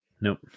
Nope